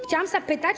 Chciałam zapytać.